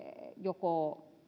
joko